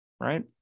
right